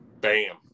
Bam